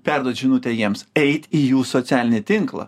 perduot žinutę jiems eit į jų socialinį tinklą